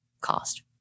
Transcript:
cost